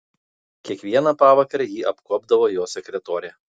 kiekvieną pavakarę jį apkuopdavo jo sekretorė